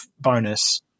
bonus